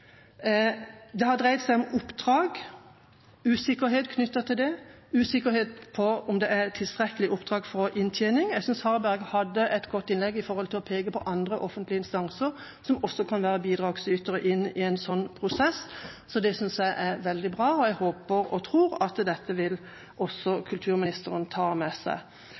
Det har dreid seg om oppdrag og usikkerhet knyttet til det, usikkerhet knyttet til om det er tilstrekkelige oppdrag for inntjening. Jeg synes Harberg hadde et godt innlegg med tanke på å peke på andre offentlige instanser som også kan være bidragsytere inn i en sånn prosess. Det synes jeg er veldig bra, og jeg håper og tror at kulturministeren også vil ta med seg